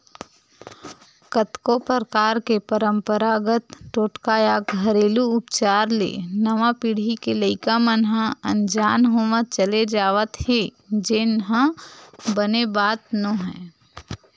कतको परकार के पंरपरागत टोटका या घेरलू उपचार ले नवा पीढ़ी के लइका मन ह अनजान होवत चले जावत हे जेन ह बने बात नोहय